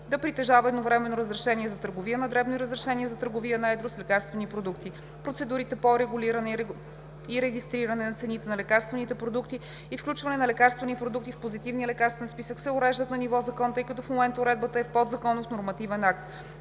да притежава едновременно разрешение за търговия на дребно и разрешение за търговия на едро с лекарствени продукти. Процедурите по регулиране и регистриране на цените на лекарствените продукти и включване на лекарствени продукти в Позитивния лекарствен списък се уреждат на ниво закон, тъй като в момента уредбата е в подзаконов нормативен акт.